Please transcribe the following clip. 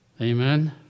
Amen